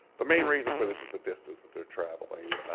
the main reason for this is the distance that they're traveling.